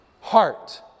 heart